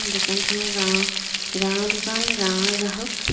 দোকানখনৰ গাঁৱৰ গাঁৱৰ দোকান গাঁৱৰ গ্ৰাহক